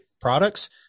products